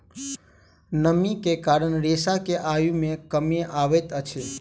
नमी के कारण रेशा के आयु मे कमी अबैत अछि